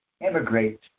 immigrate